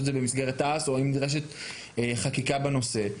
זה במסגרת תע"ס או האם נדרשת חקיקה בנושא.